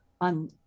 on